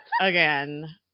again